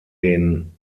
den